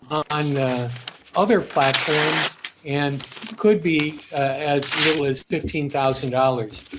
on the other platforms and could be as little as fifteen thousand dollars.